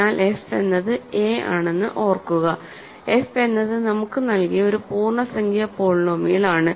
എന്നാൽ f എന്നത് a ആണെന്ന് ഓർക്കുക f എന്നത് നമുക്ക് നൽകിയ ഒരു പൂർണ്ണ സംഖ്യ പോളിനോമിയൽ ആണ്